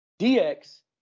DX